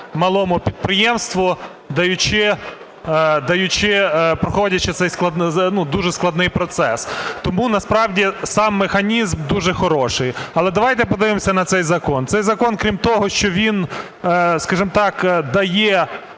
малому підприємству, даючи... проходячи цей дуже складний процес, тому насправді сам механізм дуже хороший. Але давайте подивимося на цей закон. Цей закон крім того, що він, скажімо так, дає